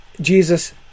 Jesus